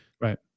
right